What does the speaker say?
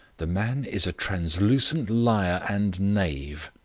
the man is a translucent liar and knave.